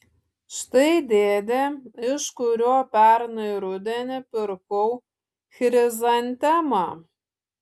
štai dėdė iš kurio pernai rudenį pirkau chrizantemą